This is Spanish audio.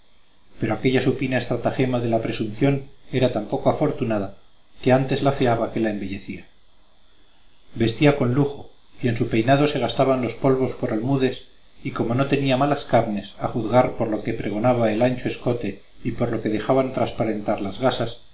pero aquella supina estratagema de la presunción era tan poco afortunada que antes la afeaba que la embellecía vestía con lujo y en su peinado se gastaban los polvos por almudes y como no tenía malas carnes a juzgar por lo que pregonaba el ancho escote y por lo que dejaban transparentar las gasas